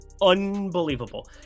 unbelievable